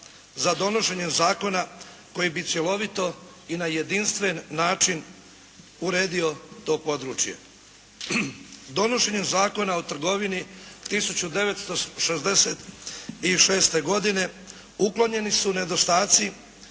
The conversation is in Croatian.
za donošenjem zakona koji bi cjelovito i na jedinstven način uredio to područje. Donošenjem Zakona o trgovini 1966. godine uklonjeni su nedostaci